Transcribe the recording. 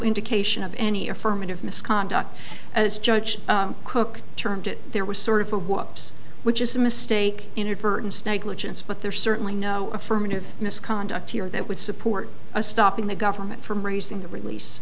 indication of any affirmative misconduct as judge cook termed it there was sort of the ups which is a mistake inadvertence negligence but there's certainly no affirmative misconduct here that would support a stopping the government from raising the release